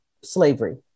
slavery